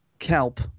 Kelp